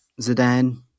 Zidane